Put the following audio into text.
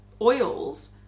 oils